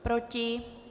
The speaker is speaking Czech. Proti?